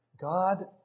God